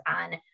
on